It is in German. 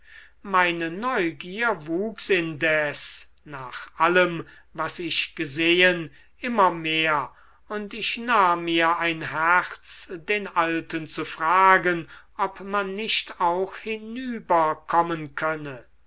meine neugier wuchs indes nach allem was ich gesehen immer mehr und ich nahm mir ein herz den alten zu fragen ob man nicht auch hinüber kommen könne